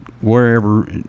wherever